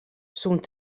sûnt